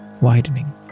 widening